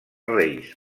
reis